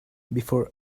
before